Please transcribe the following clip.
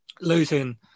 losing